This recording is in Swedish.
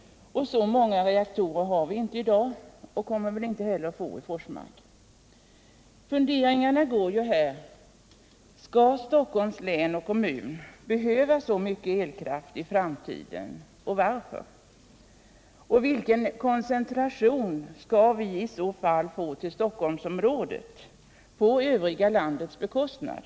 Så många reaktorer har vi inte i dag och kommer väl inte heller att få i Forsmark. Man frågar sig: Skall Stockholms län och kommun behöva så mycket elkraft i framtiden och varför? Vilken koncentration skall vi i så fall få till Stockholmsområdet på övriga landets bekostnad?